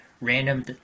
random